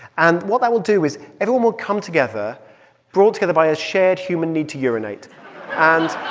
and what that will do is everyone would come together brought together by a shared human need to urinate and